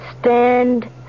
Stand